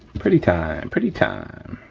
pretty time, and pretty time.